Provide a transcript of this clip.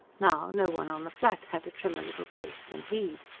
now, no one on the flat had a trimmer little place than he.